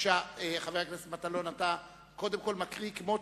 חבר הכנסת מטלון, קודם כול אתה מקריא את